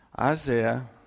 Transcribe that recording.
Isaiah